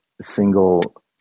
single